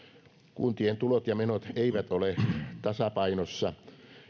kuntien tulot ja menot eivät ole tasapainossa